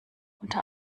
unter